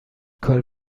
کاری